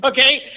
Okay